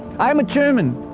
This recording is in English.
i'm a german.